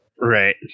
Right